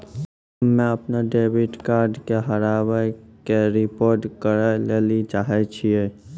हम्मे अपनो डेबिट कार्डो के हेराबै के रिपोर्ट करै लेली चाहै छियै